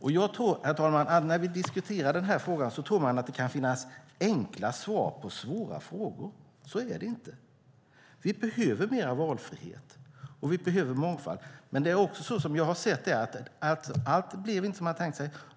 Jag tror, herr talman, att man när vi diskuterar frågan tror att det kan finnas enkla svar på svåra frågor. Så är det inte. Vi behöver mer valfrihet, och vi behöver mångfald. Det är dock också så som jag har sett, alltså att allt inte blev som man hade tänkt sig.